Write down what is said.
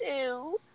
two